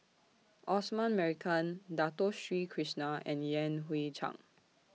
Osman Merican Dato Sri Krishna and Yan Hui Chang